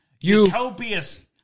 utopias